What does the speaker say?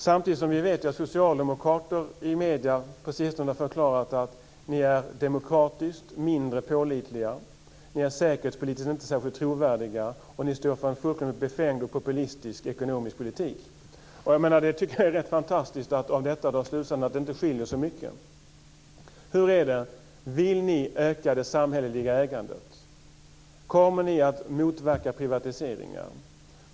Samtidigt vet vi att socialdemokrater i medierna på sistone har förklarat att ni är demokratiskt mindre pålitliga, ni är säkerhetspolitiskt inte särskilt trovärdiga och ni står för en fullkomligt befängd och populistisk ekonomisk politik. Jag tycker att det är rent fantastiskt att av detta dra slutsatsen att det inte skiljer så mycket. Vill ni öka det samhälleliga ägandet? Kommer ni att motverka privatiseringar?